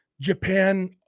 Japan